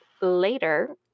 later